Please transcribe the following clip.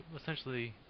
essentially